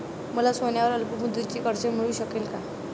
मला सोन्यावर अल्पमुदतीचे कर्ज मिळू शकेल का?